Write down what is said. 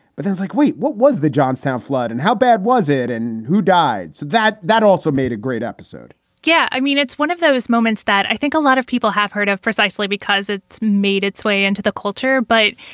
but things like, wait, what was the johnstown flood and how bad was it and who died? so that that also made a great episode yeah. i mean, it's one of those moments that i think a lot of people have heard of precisely because it's made its way into the culture. but,